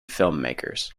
filmmakers